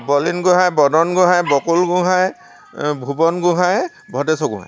Bolin Gohain Badan Gohain Bakul Gohain Bhuwan Gohain Bhadeswar Gohain